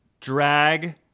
drag